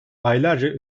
aylarca